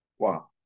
Wow